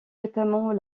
notamment